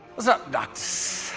what's up, dr.